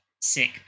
sick